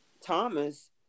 Thomas